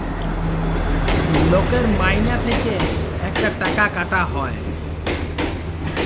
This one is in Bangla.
লকের মাইলে থ্যাইকে ইকট টাকা কাটা হ্যয়